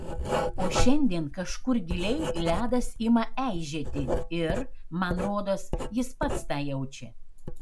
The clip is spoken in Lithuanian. o šiandien kažkur giliai ledas ima eižėti ir man rodos jis pats tą jaučia